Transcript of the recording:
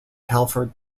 telford